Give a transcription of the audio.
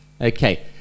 Okay